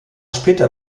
später